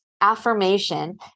affirmation